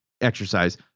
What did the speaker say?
exercise